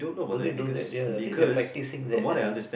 do they do that ya I think they are practicing that and